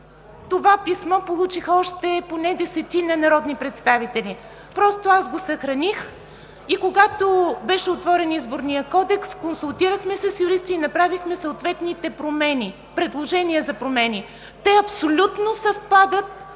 Това писмо получиха поне още десетима народни представители. Просто го съхраних и когато беше отворен Изборният кодекс, консултирахме се с юристи и направихме съответните предложения за промени. Те абсолютно съвпадат